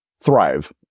thrive